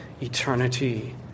eternity